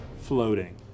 floating